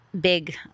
big